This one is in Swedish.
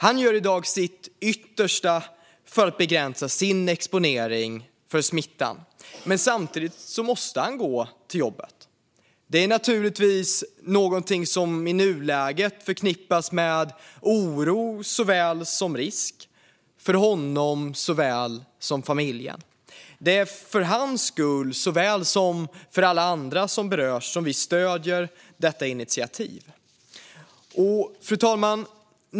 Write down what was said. Han gör i dag sitt yttersta för att begränsa sin exponering för smitta, men samtidigt måste han gå till jobbet. Det är naturligtvis något som i nuläget förknippas med oro såväl som risk, för både honom och familjen. Det är för hans skull, såväl som för alla andra som berörs, som vi stöder detta initiativ. Fru talman!